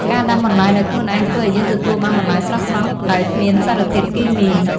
ការដាំបន្លែដោយខ្លួនឯងធ្វើឱ្យយើងទទួលបានបន្លែស្រស់ៗដែលគ្មានសារធាតុគីមី។